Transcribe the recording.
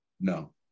No